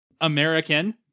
American